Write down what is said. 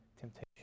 temptation